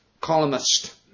columnist